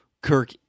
Kirk